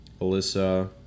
Alyssa